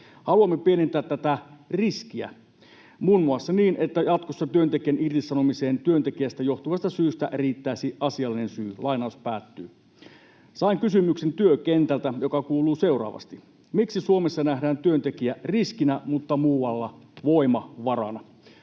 Haluamme pienentää tätä riskiä muun muassa niin, että jatkossa työntekijän irtisanomiseen työntekijästä johtuvasta syystä riittäisi asiallinen syy.” Sain työkentältä kysymyksen, joka kuuluu seuraavasti: miksi Suomessa nähdään työntekijä riskinä mutta muualla voimavarana?